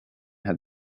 had